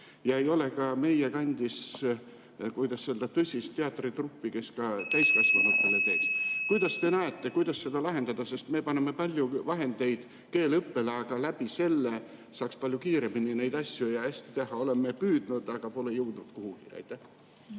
Ei ole ka meie ka kandis, kuidas öelda, tõsist teatritruppi, kes täiskasvanutele etendusi teeks. Kuidas te näete, kuidas seda lahendada? Sest me paneme palju vahendeid keeleõppele, aga selle kaudu saaks palju kiiremini neid asju hästi teha. Oleme küll püüdnud, aga pole jõudnud kuhugi.